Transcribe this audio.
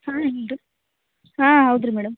ಹಾಂ ಇಲ್ರಿ ಹಾಂ ಹೌದು ರೀ ಮೇಡಮ್